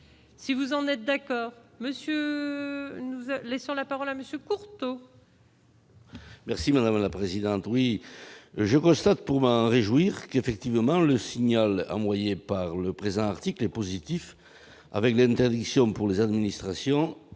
si vous en êtes d'accord monsieur nous a, laissons la parole à monsieur courte. Merci madame la présidente, oui je constate pour m'en réjouir qu'effectivement le signal à moitié par le présent article est positif avec l'interdiction pour les administrations